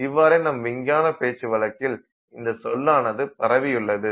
இவ்வாறே நம் விஞ்ஞான பேச்சுவழக்கில் இந்த சொல்லானது பரவியுள்ளது